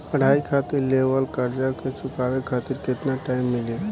पढ़ाई खातिर लेवल कर्जा के चुकावे खातिर केतना टाइम मिली?